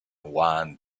one